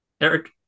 Eric